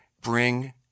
bring